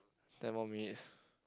ten more minuets